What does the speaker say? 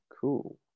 cool